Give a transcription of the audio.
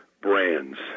brands